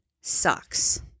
sucks